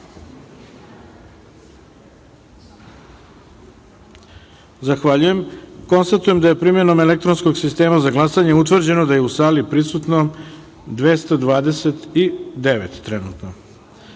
glasanje. Zahvaljujem. Konstatujem da je primenom elektronskog sistema za glasanje utvrđeno da je u sali prisutno 229 narodnih